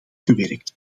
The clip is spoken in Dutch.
gewerkt